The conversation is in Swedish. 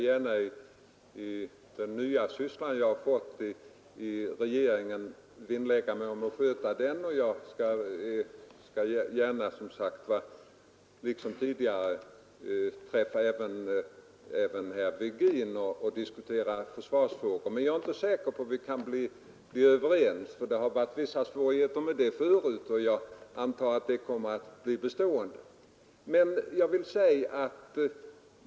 Herr talman! Jag skall gärna vinnlägga mig om att sköta den nya syssla jag har fått i regeringen, och jag skall gärna träffa även herr Virgin för att diskutera försvarsfrågor, men jag är inte säker på att vi kan bli överens. 187 Det har varit vissa svårigheter med det förut, och jag antar att det kommer att bli bestående.